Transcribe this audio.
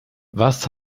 was